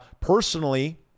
personally